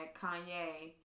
Kanye